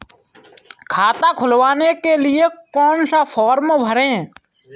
खाता खुलवाने के लिए कौन सा फॉर्म भरें?